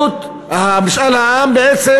משאל העם, בעצם